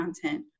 content